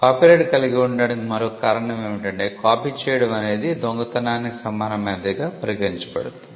copyright కలిగి ఉండటానికి మరొక కారణం ఏమిటంటే కాపీ చేయడమనేది దొంగతనానికి సమానమైనదిగా పరిగణించబడుతుంది